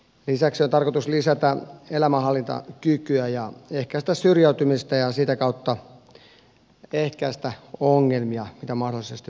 lisäksi on tarkoitus lisätä elämänhallintakykyä ja ehkäistä syrjäytymistä ja sitä kautta ehkäistä ongelmia mitä mahdollisesti voisi syntyä